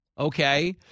Okay